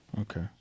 Okay